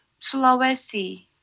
Sulawesi